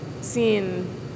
seen